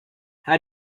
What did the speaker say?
how